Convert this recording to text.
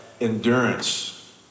endurance